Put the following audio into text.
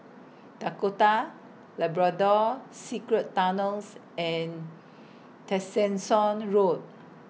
Dakota Labrador Secret Tunnels and Tessensohn Road